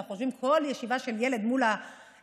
אנחנו חושבים שכל ישיבה של ילד מול המסך,